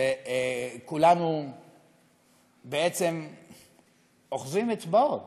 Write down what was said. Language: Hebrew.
כולנו בעצם אוחזים אצבעות.